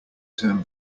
term